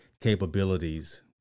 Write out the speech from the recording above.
capabilities